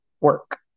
work